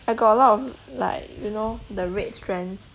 I got a lot of like you know the red strands